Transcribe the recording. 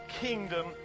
kingdom